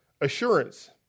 assurance